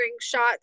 shots